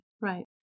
Right